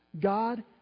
God